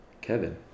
Kevin